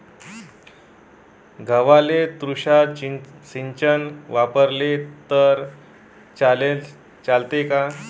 गव्हाले तुषार सिंचन वापरले तर चालते का?